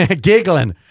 giggling